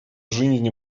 жизни